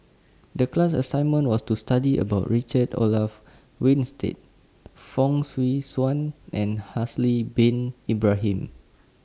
The class assignment was to study about Richard Olaf Winstedt Fong Swee Suan and Haslir Bin Ibrahim